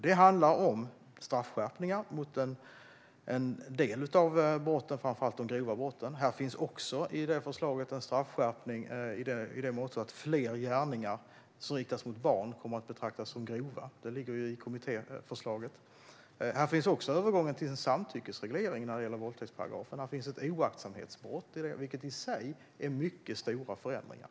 Det handlar om straffskärpningar för vissa brott, framför allt de grova brotten. I förslaget finns också en straffskärpning i så måtto att fler gärningar som riktas mot barn kommer att betraktas som grova - det ligger i kommittéförslaget. Det finns också en övergång till en samtyckesreglering när det gäller våldtäktsparagrafen samt ett oaktsamhetsbrott, vilket i sig är mycket stora förändringar.